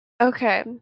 okay